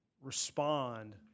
respond